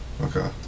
okay